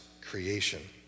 creation